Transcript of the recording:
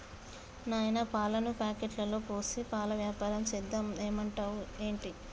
నాయనా పాలను ప్యాకెట్లలో పోసి పాల వ్యాపారం సేద్దాం ఏమంటావ్ ఏంటి